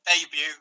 debut